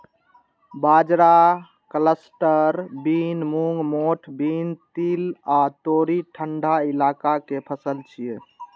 बाजरा, cluster bean, मूंग, मोठ बीन, तिल आ तोरी ठंढा इलाका के फसल छियै